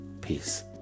Peace